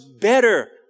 better